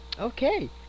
Okay